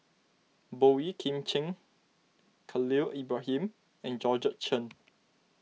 Boey Kim Cheng Khalil Ibrahim and Georgette Chen